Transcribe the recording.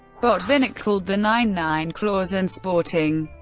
botvinnik called the nine nine clause unsporting.